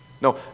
No